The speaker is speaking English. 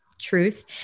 truth